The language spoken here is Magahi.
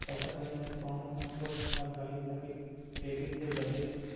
फसल मे कौन कम्पोस्ट खाद डाली ताकि तेजी से बदे?